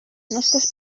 nostres